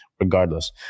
regardless